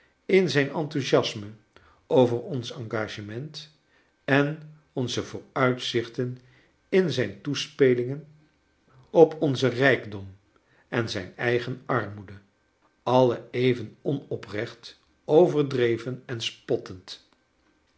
in zijn enthousiasme over ons engagement en onze vooruitzichten in zijn toespelingen op onzen rijkdom en zijn eigen armoede alle even onoprecht overdreven en spottend